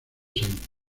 saint